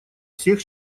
всех